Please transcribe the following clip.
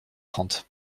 trente